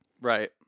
Right